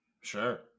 Sure